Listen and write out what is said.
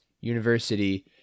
University